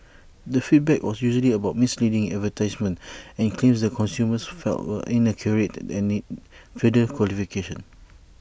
the feedback was usually about misleading advertisements and claims that consumers felt were inaccurate and needed further clarification